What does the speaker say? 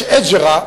יש "הג'רה",